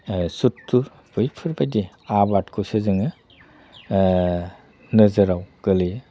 सुथुर बेफोरबायदि आबादखौसो जोङो नोजोराव गोलैयो